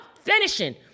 Finishing